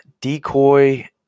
decoy